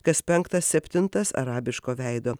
kas penktas septintas arabiško veido